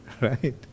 Right